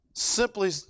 Simply